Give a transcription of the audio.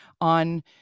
on